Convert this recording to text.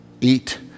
eat